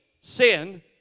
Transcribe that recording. sin